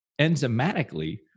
enzymatically